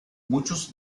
muchos